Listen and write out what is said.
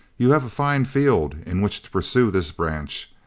you have a fine field in which to pursue this branch,